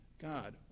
God